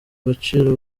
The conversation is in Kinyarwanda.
agaciro